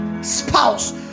spouse